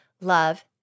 love